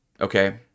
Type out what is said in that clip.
Okay